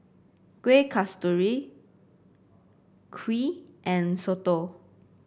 Kueh Kasturi Kuih and Soto